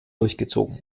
durchgezogen